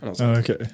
okay